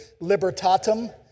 Libertatum